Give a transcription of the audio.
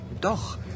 Doch